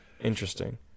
Interesting